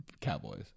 Cowboys